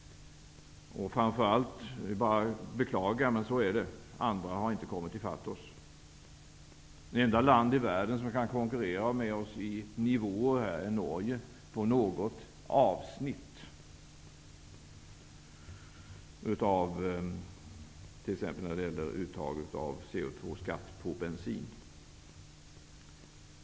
Framför allt är det bara att beklaga att andra länder inte har kommit ifatt oss. Det enda land i världen som kan konkurrera på vår nivå i något avsnitt är Norge. Det gäller t.ex. uttag av koldioxidskatt på bensin.